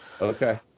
Okay